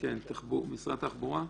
משרד התחבורה?